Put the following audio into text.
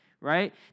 right